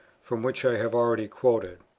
from which i have already quoted.